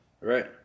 right